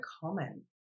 common